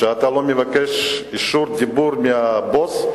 שאתה לא מבקש אישור דיבור מהבוס,